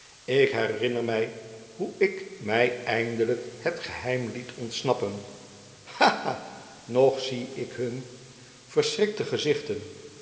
ik herinner mij hoe ik mij eindelijk het geheim liet ontsnappen ha ha nog zie ik hun verdickens pickwick club schrikte gezichten